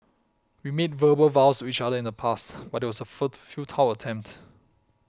we made verbal vows to each other in the past but it was a futile attempt